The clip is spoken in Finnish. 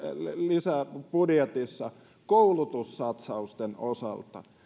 lisäbudjetissa koulutussatsausten osalta